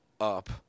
up